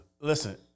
Listen